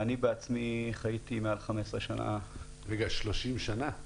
ואני בעצמי חייתי מעל 15 שנים --- 30 שנים?